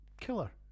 killer